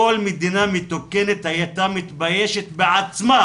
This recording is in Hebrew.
כל מדינה מתוקנת הייתה מתביישת בעצמה